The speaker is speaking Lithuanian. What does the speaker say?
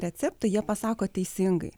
receptą jie pasako teisingai